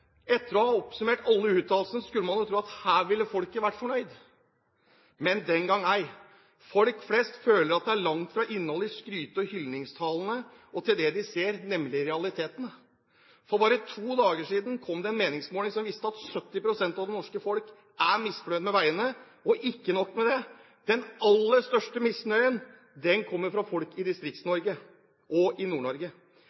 Etter å ha oppsummert alle uttalelsene skulle man tro at her ville folk vært fornøyde, men den gang ei: Folk flest føler at det er langt fra innholdet i skrytet og i hyllingstalene til det de ser, nemlig realitetene. For bare to dager siden kom det en meningsmåling som viste at 70 pst. av det norske folk er misfornøyd med veiene. Og ikke nok med det: Den aller største misnøyen kommer fra folk i